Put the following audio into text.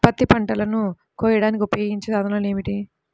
పత్తి పంటలను కోయడానికి ఉపయోగించే సాధనాలు ఏమిటీ?